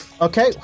Okay